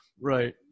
Right